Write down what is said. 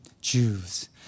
Jews